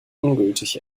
ungültig